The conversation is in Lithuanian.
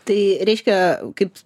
tai reiškia kaip